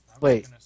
Wait